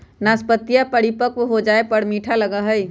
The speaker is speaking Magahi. नाशपतीया परिपक्व हो जाये पर मीठा लगा हई